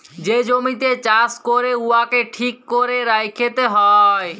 যে জমিতে চাষ ক্যরে উয়াকে ঠিক ক্যরে রাইখতে হ্যয়